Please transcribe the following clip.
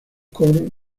comunes